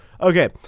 Okay